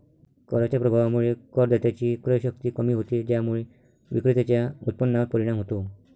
कराच्या प्रभावामुळे करदात्याची क्रयशक्ती कमी होते, ज्यामुळे विक्रेत्याच्या उत्पन्नावर परिणाम होतो